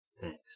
Thanks